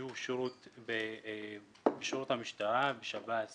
שהוא שירות בשירות המשטרה, שב"ס